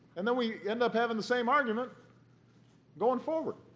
and then we end up having the same argument going forward.